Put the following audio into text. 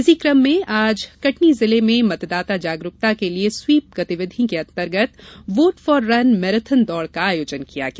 इसी कम में आज कटनी जिले में मतदाता जागरूकता के लिये स्वीप गतिविधि के अंतर्गत वोट फार रन मैराथन दौड़ का आयोजन किया गया